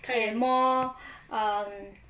and more um